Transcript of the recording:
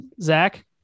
Zach